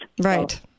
Right